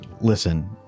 listen